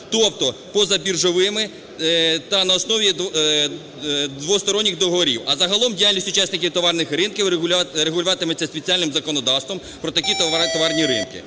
тобто поза біржовими та на основі двосторонніх договорів. А загалом діяльність учасників товарних ринків регулюватиметься спеціальним законодавством про такі товарні ринки.